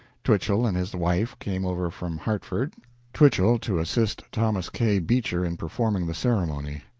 twichell and his wife came over from hartford twichell to assist thomas k. beecher in performing the ceremony.